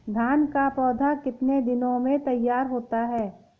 धान का पौधा कितने दिनों में तैयार होता है?